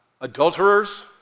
adulterers